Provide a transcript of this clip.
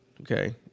okay